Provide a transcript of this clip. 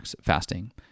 fasting